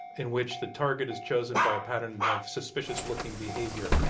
in which the target is chosen by a pattern of suspicious-looking behavior,